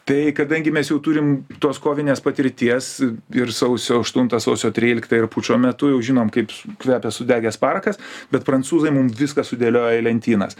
tai kadangi mes jau turim tos kovinės patirties ir sausio aštuntą sausio tryliktą ir pučo metu jau žinom kaip kvepia sudegęs parakas bet prancūzai mum viską sudėliojo į lentynas